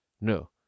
No